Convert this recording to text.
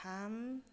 थाम